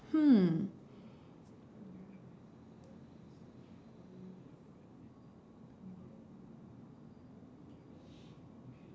hmm